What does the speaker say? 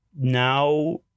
now